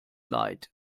leid